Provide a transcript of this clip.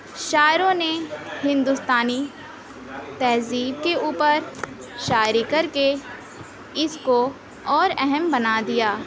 شاعروں نے ہندوستانی تہذیب کے اُوپر شاعری کر کے اِس کو اور اہم بنا دیا